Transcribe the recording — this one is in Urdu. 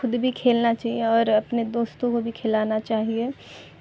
خود بھی کھیلنا چاہیے اور اپنے دوستوں کو بھی کھلانا چاہیے